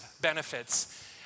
benefits